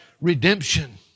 redemption